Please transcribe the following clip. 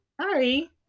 Sorry